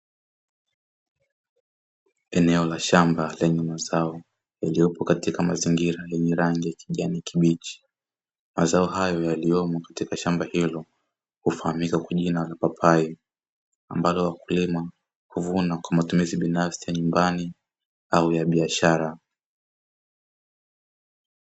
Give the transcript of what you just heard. Eneo lashamba lenye mazao liliopo katika mazingira yenye rangi ya kijani kibichi, mazao hayo yaliyomo katika shamba hilo hufahamika kwa jina la papai, ambalo wakulima huvuna kwa matumizi binafsi ya nyumbani au ya biashara.